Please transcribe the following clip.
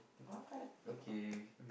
what okay